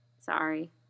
Sorry